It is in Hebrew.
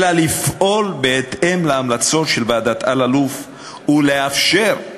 אלא לפעול בהתאם להמלצות של ועדת אלאלוף ולאפשר,